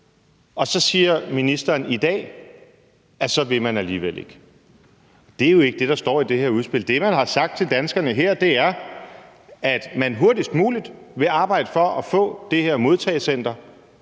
Så siger ministeren i dag, at man så alligevel ikke vil. Det er jo ikke det, der står i det her udspil. Det, man her har sagt til danskerne, er, at man hurtigst muligt vil arbejde for at få det her modtagecenter,